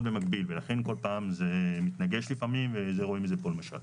במקביל ולכן כל פעם זה מתנגש לפעמים ורואים את זה פה למשל.